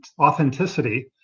authenticity